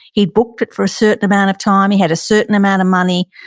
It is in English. he'd booked it for a certain amount of time. he had a certain amount of money.